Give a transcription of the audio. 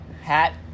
Hat